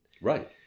Right